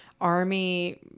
Army